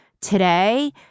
today